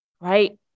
right